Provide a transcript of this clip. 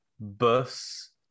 bus